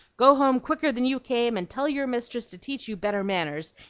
go home quicker than you came, and tell your mistress to teach you better manners,